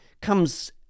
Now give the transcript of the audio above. comes